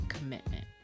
commitment